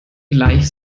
gleich